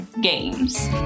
games